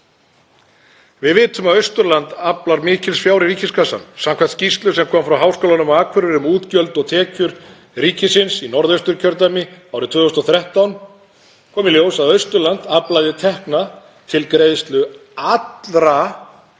Við vitum að Austurland aflar mikils fjár í ríkiskassann. Samkvæmt skýrslu sem kom frá Háskólanum á Akureyri um útgjöld og tekjur ríkisins í Norðausturkjördæmi árið 2013 kom í ljós að Austurland aflaði tekna til greiðslu allrar